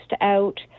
out